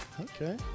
Okay